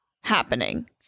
happening